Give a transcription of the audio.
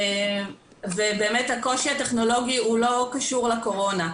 באמת הקושי הטכנולוגי לא קשור לקורונה.